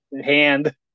hand